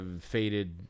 faded